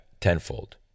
tenfold